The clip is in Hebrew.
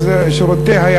שירותי הדת.